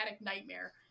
nightmare